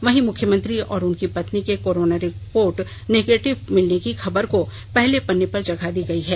वहीं मुख्यमंत्री और उनकी पत्नी के कोरोना रिपोर्ट निगेटिव मिलने की खबर को पहले पन्ने पर जगह दी गयी है